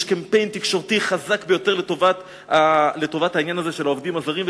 יש קמפיין תקשורתי חזק ביותר לטובת העניין הזה של העובדים הזרים,